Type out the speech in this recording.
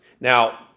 Now